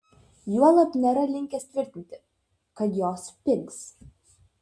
juolab nėra linkęs tvirtinti kad jos pigs